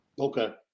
Okay